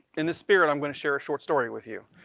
in this spirit, i'm going to share a short story with you.